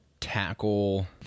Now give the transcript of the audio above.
tackle